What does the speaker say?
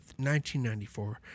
1994